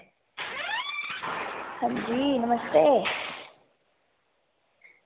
अंजी नमस्ते